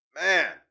Man